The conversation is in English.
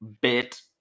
bit